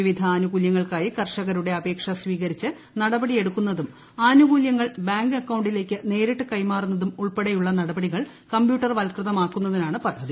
വിവിധ ആനുകൂലൃങ്ങൾക്കായി കർഷകരുടെ അപേക്ഷ സ്വീകരിച്ച് നടപടിയെടുക്കുന്നതും ആനുകൂലൃങ്ങൾ ബാങ്ക് അക്കൌണ്ടിലേക്ക് നേരിട്ട് കൈമാറുന്നതും ഉൾപ്പെടെയുള്ള നടപടികൾ കമ്പ്യൂട്ടർവൽകൃതമാക്കുന്നതാണ് പദ്ധതി